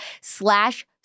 slash